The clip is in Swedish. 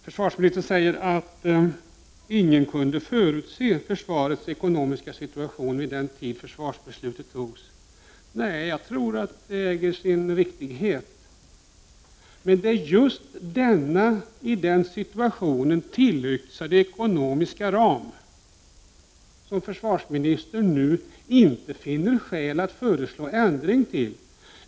Försvarsministern säger att ingen kunde förutse försvarets ekonomiska situation vid den tid då försvarsbeslutet togs. Nej, jag tror att detta äger sin riktighet. Men det är just denna i den situationen tillyxade ekonomiska ram som försvarsministern nu inte finner skäl att föreslå ändring av.